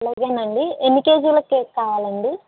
అలాగేనండి ఎన్ని కేజీల కేక్ కావాలండి